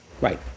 right